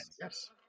Yes